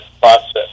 process